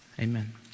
Amen